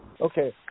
Okay